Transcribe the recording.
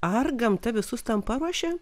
ar gamta visus tam paruošė